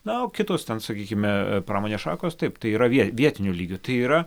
na o kitos ten sakykime pramonės šakos taip tai yra vie vietiniu lygiu tai yra